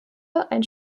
ein